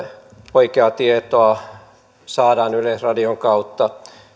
oikeaa tietoa saadaan yleisradion kautta